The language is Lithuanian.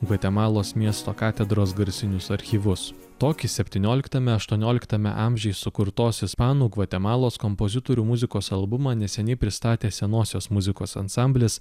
gvatemalos miesto katedros garsinius archyvus tokį septynioliktame aštuonioliktame amžiuj sukurtos ispanų gvatemalos kompozitorių muzikos albumą neseniai pristatė senosios muzikos ansamblis